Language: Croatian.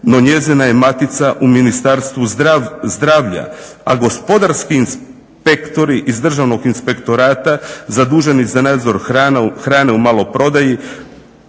no njezina je matica u Ministarstvu zdravlja, a gospodarski inspektori iz Državno inspektorata zaduženi za nadzor hrane u maloprodaji